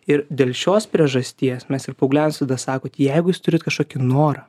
ir dėl šios priežasties mes ir paaugliams visada sakot jeigu turit kažkokį norą